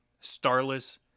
starless